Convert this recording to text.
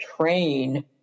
train